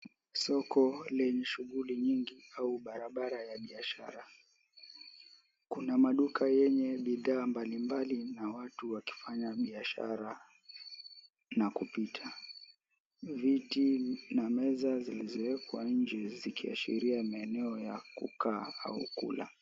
Soko lenye shughuli nyingi au barabara ya biashara kuna maduka yenye bidhaa mbali mbali watu wakifanya biashara na kupita. Viti na meza zilizowekwa nje zikiashiria maeneo ya kukaa au kukula.